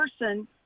person